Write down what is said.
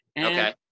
Okay